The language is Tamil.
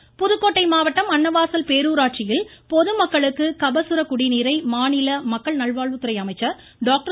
விஜயபாஸ்கர் புதுக்கோட்டை மாவட்டம் அன்னவாசல் பேருராட்சியில் பொதுமக்களுக்கு கபசுர குடிநீரை மாநில மக்கள் நல்வாழ்வுத்துறை அமைச்சர் டாக்டர்